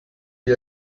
die